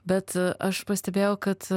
bet aš pastebėjau kad